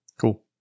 Cool